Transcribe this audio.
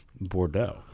Bordeaux